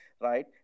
right